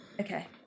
Okay